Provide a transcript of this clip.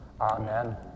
Amen